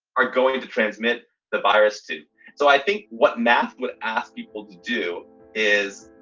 are going to transmit the virus, too so i think what math would ask people to do is,